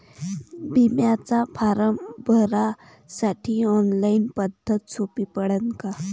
बिम्याचा फारम भरासाठी ऑनलाईन पद्धत सोपी पडन का?